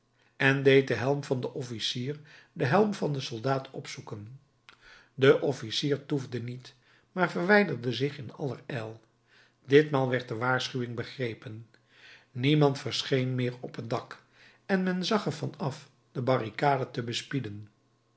en deed den helm van den officier den helm van den soldaat opzoeken de officier toefde niet maar verwijderde zich in allerijl ditmaal werd de waarschuwing begrepen niemand verscheen meer op het dak en men zag er van af de barricade te bespieden